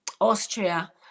Austria